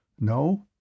No